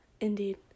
Indeed